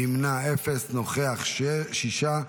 אפס נמנעים, שישה נוכחים.